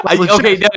Okay